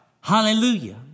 Hallelujah